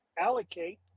allocate